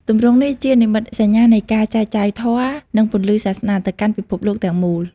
ទម្រង់នេះជានិមិត្តសញ្ញានៃការចែកចាយធម៌ និងពន្លឺសាសនា ទៅកាន់ពិភពលោកទាំងមូល។